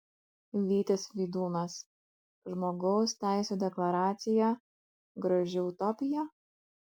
vytis vidūnas žmogaus teisų deklaracija graži utopija